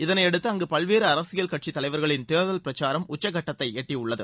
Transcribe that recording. இதனையடுத்து அங்கு பல்வேறு அரசியல் கட்சித் தலைவர்களின் தேர்தல் பிரச்சாரம் உச்சக்கட்டத்தை எட்டியுள்ளது